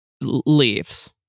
leaves